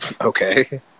okay